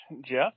Jeff